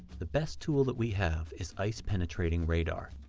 the best tool that we have is ice-penetrating radar,